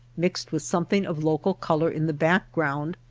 mixed with something of local color in the background,